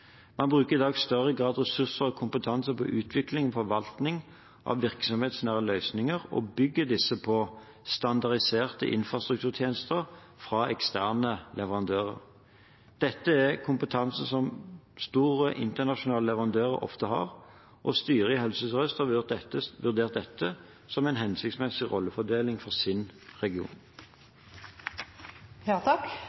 Man bruker i dag i større grad ressurser og kompetanse på utvikling og forvaltning av virksomhetsnære løsninger og bygger disse på standardiserte infrastrukturtjenester fra eksterne leverandører. Dette er kompetanse som de store internasjonale leverandørene ofte har, og styret i Helse Sør-Øst har vurdert dette som en hensiktsmessig rollefordeling for sin